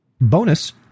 Bonus